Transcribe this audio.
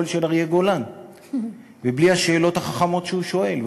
הקול של אריה גולן ובלי השאלות החכמות שהוא שואל,